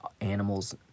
animals